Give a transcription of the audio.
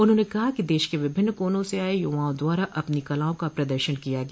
उन्होंने कहा कि देश के विभिन्न कोनों से आये युवाओं द्वारा अपनी कलाओं का प्रदर्शन किया गया